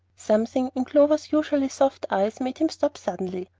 something in clover's usually soft eyes made him stop suddenly.